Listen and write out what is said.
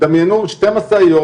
דמיינו שתי משאיות